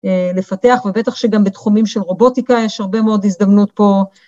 אה... לפתח, ובטח שגם בתחומים של רובוטיקה יש הרבה מאוד הזדמנות פה...